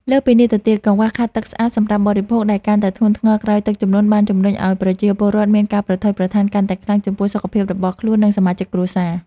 លើសពីនេះទៅទៀត កង្វះខាតទឹកស្អាតសម្រាប់បរិភោគដែលកាន់តែធ្ងន់ធ្ងរក្រោយទឹកជំនន់ បានជំរុញឱ្យប្រជាពលរដ្ឋមានការប្រថុយប្រថានកាន់តែខ្លាំងចំពោះសុខភាពរបស់ខ្លួន និងសមាជិកគ្រួសារ។